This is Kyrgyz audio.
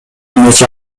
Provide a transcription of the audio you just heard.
нече